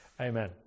Amen